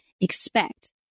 expect